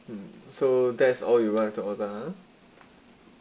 so that's all you want to order ha